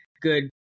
good